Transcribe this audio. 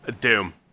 doom